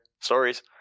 stories